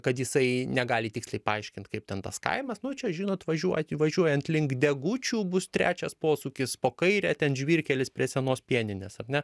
kad jisai negali tiksliai paaiškint kaip ten tas kaimas nu čia žinot važiuoti važiuojant link degučių bus trečias posūkis po kaire ten žvyrkelis prie senos pieninės ar ne